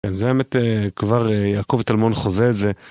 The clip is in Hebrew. כן, זה האמת אה.. כבר אה.. יעקב תלמון חוזה את זה.